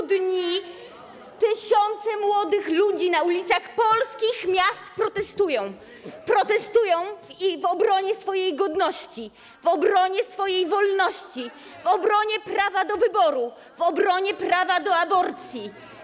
Od 6 dni tysiące młodych ludzi na ulicach polskich miast protestują - protestują w obronie swojej godności, w obronie swojej wolności, w obronie prawa do wyboru, w obronie prawa do aborcji.